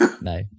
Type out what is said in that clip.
No